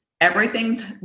everything's